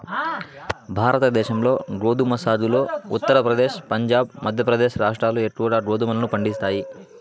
భారతదేశంలో గోధుమ సాగులో ఉత్తరప్రదేశ్, పంజాబ్, మధ్యప్రదేశ్ రాష్ట్రాలు ఎక్కువగా గోధుమలను పండిస్తాయి